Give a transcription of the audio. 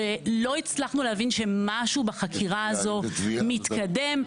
ולא הצלחנו להבין שמשהו בחקירה הזו מתקדם.